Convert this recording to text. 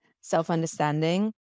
self-understanding